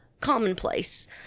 commonplace